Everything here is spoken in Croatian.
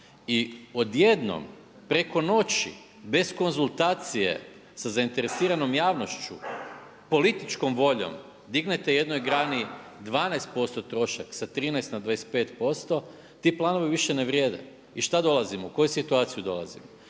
i odjednom preko noći bez konzultacije sa zainteresiranom javnošću, političkom voljom dignete jednoj grani 12% trošak sa 13 na 25% ti planovi više ne vrijede. I šta dolazimo, u koju situaciju dolazimo?